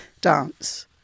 dance